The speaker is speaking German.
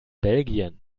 belgien